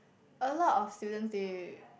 a lot of students they